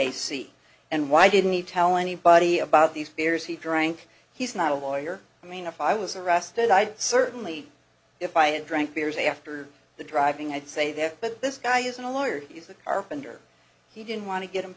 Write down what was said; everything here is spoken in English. a c and why didn't you tell anybody about these fears he drank he's not a lawyer i mean if i was arrested i'd certainly if i had drank beers after the driving i'd say that but this guy isn't a lawyer he's a carpenter he didn't want to get